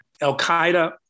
al-Qaeda